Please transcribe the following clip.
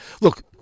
look